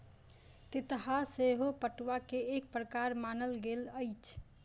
तितहा सेहो पटुआ के एक प्रकार मानल गेल अछि